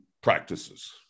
practices